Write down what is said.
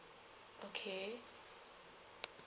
okay